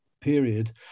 period